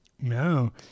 No